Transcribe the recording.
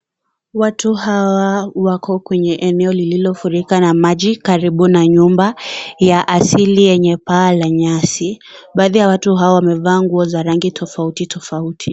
Watu hawa wake kwenye eneo lililofurika na maji karibu na nyumba ya asili yenye paa la nyasi. Baadhi ya watu hawa wamevaa nguo zenye rangi tofautitofauti.